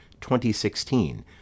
2016